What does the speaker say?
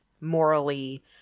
morally